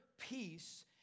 Peace